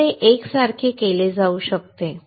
प्रथम ते एकसारखे केले जाऊ शकते